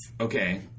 Okay